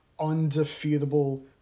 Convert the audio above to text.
undefeatable